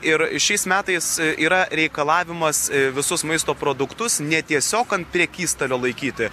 ir šiais metais yra reikalavimas visus maisto produktus ne tiesiog ant prekystalio laikyti